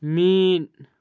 ᱢᱤᱫ